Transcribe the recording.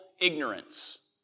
ignorance